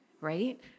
Right